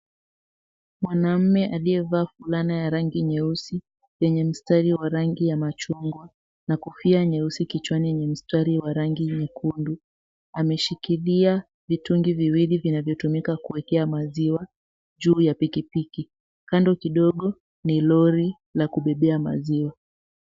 Mwanaume aliyevaa fulana ya rangi nyeusi zenye mstari wa rangi ya machungwa na kofia mweusi kichwani na mstari wa rangi nyekundu. Ameshika vitungi viwili vinavyotumika kuwekea maziwa juu ya pikipiki. Kando kidogo ni lori la kubebea maziwa.